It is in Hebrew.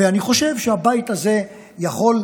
אני חושב שהבית הזה יכול,